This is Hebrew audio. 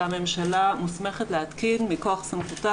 שהממשלה מוסמכת להתקין מכוח סמכותה,